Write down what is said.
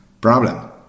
problem